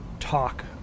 talk